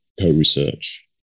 co-research